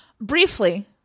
Briefly